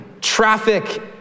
traffic